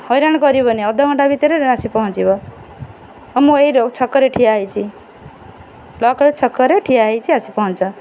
ହଇରାଣ କରିବନି ଅଧଘଣ୍ଟା ଭିତରେ ଆସି ପହଞ୍ଚିବ ହଁ ମୁଁ ଏଇ ଛକରେ ଠିଆ ହୋଇଛି ବ୍ଲକ୍ ଛକରେ ଠିଆ ହୋଇଛି ଆସି ପହଞ୍ଚ